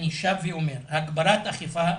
אני שב ואומר: הגברת האכיפה,